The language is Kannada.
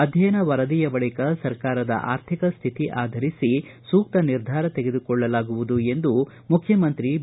ಅಧ್ಯಯನ ವರದಿಯ ಬಳಿಕ ಸರ್ಕಾರದ ಆರ್ಥಿಕ ಸ್ಥಿತಿ ಆಧರಿಸಿ ಸೂಕ್ತ ನಿರ್ಧಾರ ತೆಗೆದುಕೊಳ್ಳಲಾಗುವುದು ಎಂದು ಮುಖ್ಯಮಂತ್ರಿ ಬಿ